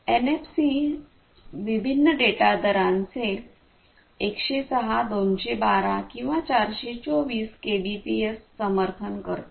NFC विभिन्न data दरांचे 106 212 किंवा 424 केबीपीएस समर्थन करते